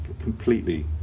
completely